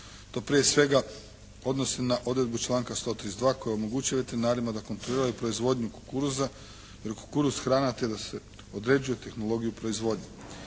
To prije svega odnosi na odredbu članka 132. koja omogućuje veterinarima da kontroliraju proizvodnju kukuruza, jer je kukuruz hrana, te da se određuje tehnologiju proizvodnje.